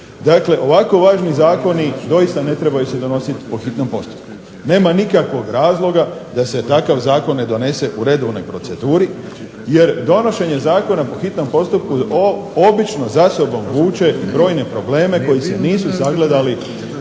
ovako važni zakoni doista ne trebaju se donositi po hitnom postupku. Nema nikakvog razloga da se takav zakon ne donese u redovnoj proceduri jer donošenje zakona po hitnom postupku obično za sobom vuče brojne probleme koji se nisu sagledali kroz